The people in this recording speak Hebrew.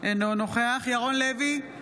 אינו נוכח ירון לוי,